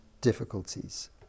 difficulties